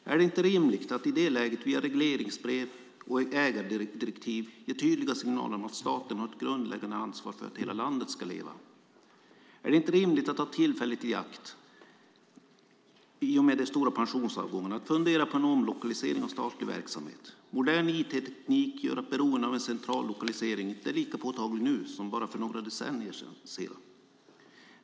Är det inte rimligt att i det läget via regleringsbrev och ägardirektiv ge tydliga signaler om att staten har ett grundläggande ansvar för att hela landet ska leva? Är det inte i och med de stora pensionsavgångarna rimligt att ta tillfället i akt att fundera på en omlokalisering av statlig verksamhet? Modern it-teknik gör att beroendet av en central lokalisering inte är lika påtaglig nu som bara för några decennier sedan.